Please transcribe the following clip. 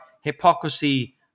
hypocrisy